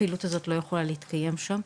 הפעילות הזו לא יכולה להתקיים שם.